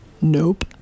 Nope